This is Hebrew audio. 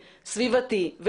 סביבתי,